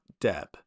deb